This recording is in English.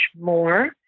more